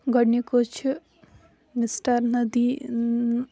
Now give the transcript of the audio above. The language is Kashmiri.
گۄڈنیُک حظ چھُ مِسٹَر نَدی